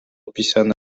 opisane